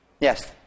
Yes